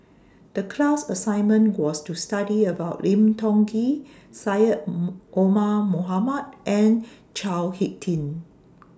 The class assignment was to study about Lim Tiong Ghee Syed Omar Mohamed and Chao Hick Tin